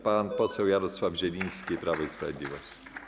Pan poseł Jarosław Zieliński, Prawo i Sprawiedliwość.